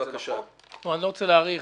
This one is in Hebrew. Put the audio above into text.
אני לא רוצה להאריך.